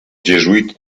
gesuiti